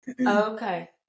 Okay